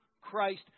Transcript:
Christ